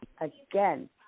again